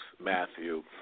Matthew